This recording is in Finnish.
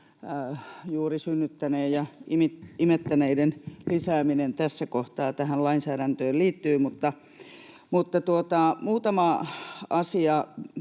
juuri synnyttäneiden ja imettäneiden lisääminen tässä kohtaa tähän lainsäädäntöön liittyy. Mutta muutama asia.